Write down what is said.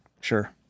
Sure